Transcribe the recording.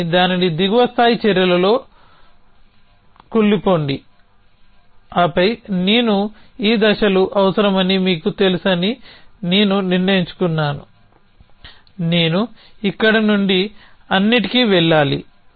కానీ దానిని దిగువ స్థాయి చర్యలలో ఉండిపోండి ఆపై నేను ఈ దశలు అవసరమని మీకు తెలుసని నేను నిర్ణయించుకున్నాను నేను ఇక్కడ నుండి అన్నింటికి వెళ్లాలి